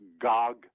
Gog